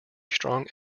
strong